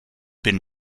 been